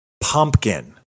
Pumpkin